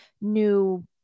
new